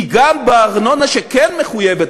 כי גם בארנונה שכן מחויבת,